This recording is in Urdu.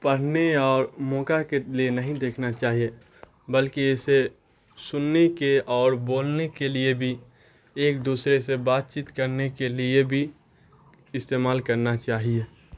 پڑھنے اور موقع کے لیے نہیں دیکھنا چاہیے بلکہ اسے سننے کے اور بولنے کے لیے بھی ایک دوسرے سے بات چیت کرنے کے لیے بھی استعمال کرنا چاہیے